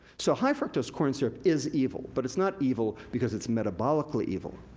so, high fructose corn syrup is evil. but it's not evil because it's metabolically evil.